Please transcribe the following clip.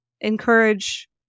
encourage